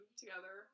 together